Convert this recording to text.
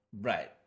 Right